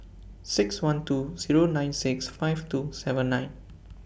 six one two Zero nine six five two seven nine